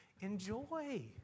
Enjoy